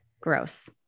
gross